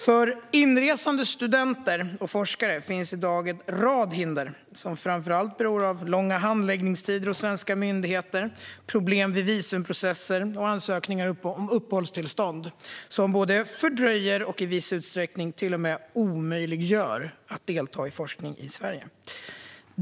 För inresande studenter och forskare finns det i dag en rad hinder, som framför allt beror på långa handläggningstider hos svenska myndigheter och problem vid visumprocesser och ansökningar om uppehållstillstånd. Detta fördröjer och i viss utsträckning till och med omöjliggör för människor att delta i forskning i Sverige.